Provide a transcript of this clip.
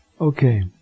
Okay